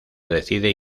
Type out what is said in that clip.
decide